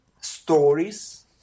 stories